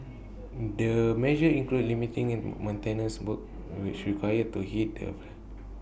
the measures include limiting maintenance work which requires to heat